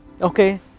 Okay